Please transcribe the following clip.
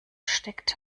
steckt